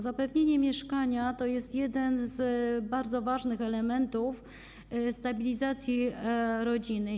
Zapewnienie mieszkania jest jednym z bardzo ważnych elementów stabilizacji rodziny.